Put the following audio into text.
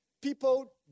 people